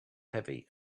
heavy